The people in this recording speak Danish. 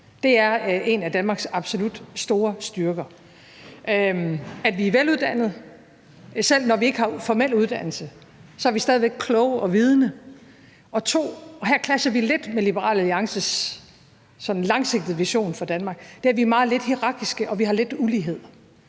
Det er en af Danmarks absolut store styrker, at vi er veluddannede. Selv når vi ikke har formel uddannelse, er vi stadig væk kloge og vidende, og har clasher det lidt med Liberal Alliances sådan langsigtede vision for Danmark, i forhold til at vi er meget lidt hierarkiske, og at vi har lidt ulighed.